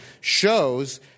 shows